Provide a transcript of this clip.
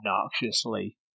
obnoxiously